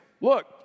look